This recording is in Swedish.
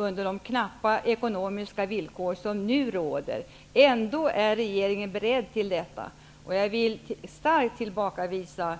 Trots de knappa ekonomiska villkor som nu råder är regeringen beredd till detta. Jag vill starkt tillbakavisa